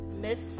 Miss